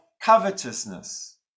covetousness